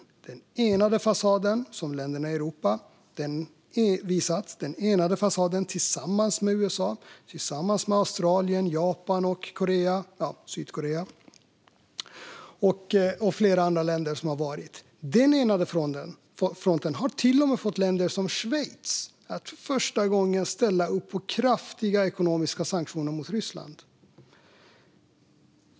Vår styrka är den enade fasad som länderna i Europa visat tillsammans med USA, Australien, Japan, Sydkorea och flera andra länder. Den enade fronten har till och med fått länder som Schweiz att för första gången ställa upp på kraftiga ekonomiska sanktioner mot Ryssland.